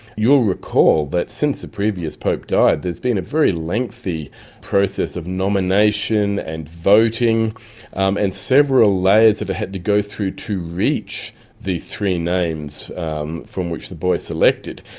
you'll recall that since the previous pope died there's been a very lengthy process of nomination and voting um and several layers that they've had to go through to reach the three names um from which the boy selected.